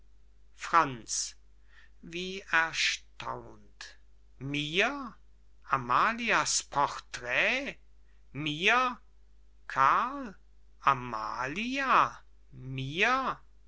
franz wie erstaunt mir amalia's portrait mir karl amalia mir